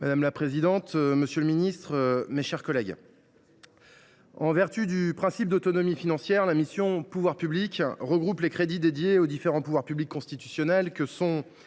Madame la présidente, monsieur le ministre, mes chers collègues, en vertu du principe d’autonomie financière, la mission « Pouvoirs publics » regroupe les crédits dédiés aux différents pouvoirs publics constitutionnels que sont